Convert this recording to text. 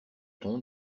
ton